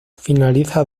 finaliza